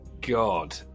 God